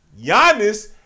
Giannis